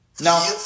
Now